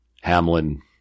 Hamlin